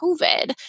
COVID